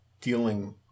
dealing